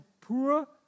poor